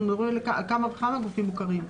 מדברים על כמה וכמה גופים מוכרים.